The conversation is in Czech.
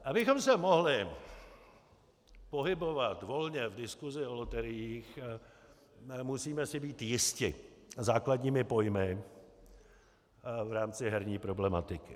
Abychom se mohli pohybovat volně v diskusi o loteriích, musíme si být jisti základními pojmy v rámci herní problematiky.